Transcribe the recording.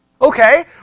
Okay